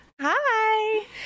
Hi